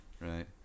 right